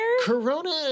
Corona